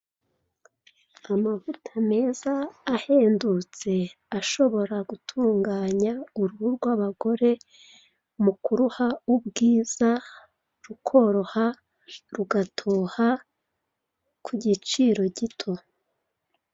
Amavuta meza ahendutse ashobora gutunganya uruhu rw'abagore mu kuruha ubwiza rukoroha rugatoha ku giciro gito.